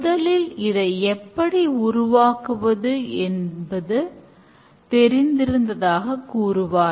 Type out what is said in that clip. முதலில் இதை எப்படி உருவாக்குவதென்று தெரிந்திருந்ததாக கூறுவார்கள்